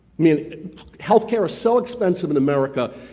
i mean healthcare is so expensive in america